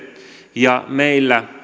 ja meillä